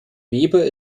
weber